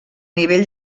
nivell